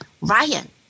Ryan